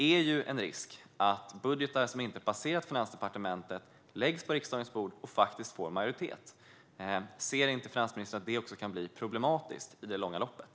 Det finns en risk att budgetar som inte passerat Finansdepartementet läggs på riksdagens bord och får majoritet. Ser inte finansministern att det kan bli problematiskt i det långa loppet?